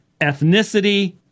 Ethnicity